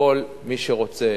שכל מי שרוצה